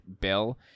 bill